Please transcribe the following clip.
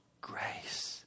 grace